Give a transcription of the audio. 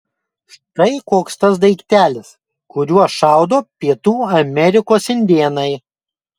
štai koks tas daiktelis kuriuo šaudo pietų amerikos indėnai